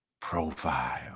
Profile